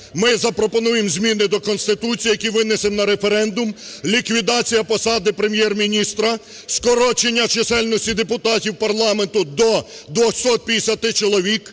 Ми запропонуємо зміни до Конституції, які винесемо на референдум: ліквідація посади Прем'єр-міністра, скорочення чисельності депутатів парламенту до 250 чоловік,